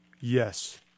Yes